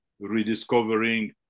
rediscovering